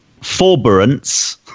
Forbearance